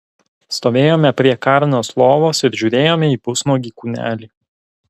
stovėjome prie karnos lovos ir žiūrėjome į pusnuogį kūnelį